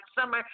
summer